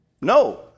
No